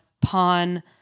pawn